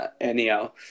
Anyhow